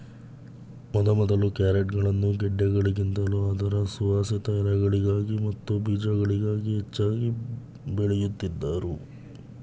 ಮೊದಮೊದಲು ಕ್ಯಾರೆಟ್ಗಳನ್ನು ಗೆಡ್ಡೆಗಳಿಗಿಂತಲೂ ಅದರ ಸುವಾಸಿತ ಎಲೆಗಳಿಗಾಗಿ ಮತ್ತು ಬೀಜಗಳಿಗಾಗಿ ಹೆಚ್ಚಾಗಿ ಬೆಳೆಯುತ್ತಿದ್ದರು